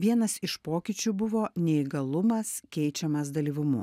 vienas iš pokyčių buvo neįgalumas keičiamas dalyvumu